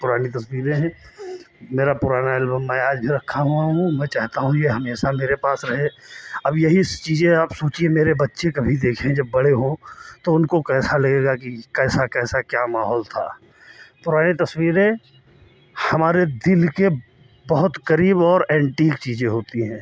पुरानी तस्वीरें हैं मेरा पुराना एल्बम मैं आज भी रखा हुआ हूँ मैं चाहता हूँ ये हमेशा मेरे पास रहे अब यही चीज़ें आप सोचिए मेरे बच्चे कभी देखें जब बड़े हों तो उनको कैसा लगेगा कि कैसा कैसा क्या माहौल था पुरानी तस्वीरें हमारे दिल के बहुत करीब और एंटीक चीज़ें होती हैं